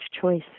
choice